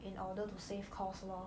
in order to save costs lor